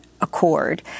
Accord